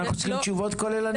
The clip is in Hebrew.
אנחנו צריכים תשובות כוללניות.